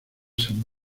san